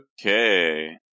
Okay